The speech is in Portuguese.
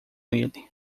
ele